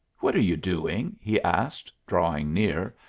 what are you doing? he asked, drawing near,